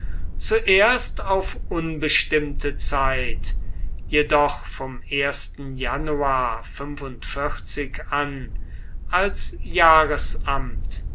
zuerst auf unbestimmte zeit jedoch vom januar an als